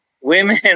women